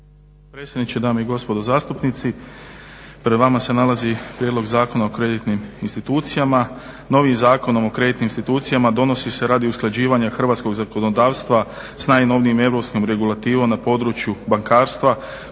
predsjedniče, dame i gospodo zastupnici. Pred vama se nalazi prijedlog Zakona o kreditnim institucijama. Novijim Zakonom o kreditnim institucijama donosi se radi usklađivanja hrvatskog zakonodavstva s najnovijom europskom regulativom na području bankarstva